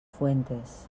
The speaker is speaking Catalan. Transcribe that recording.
fuentes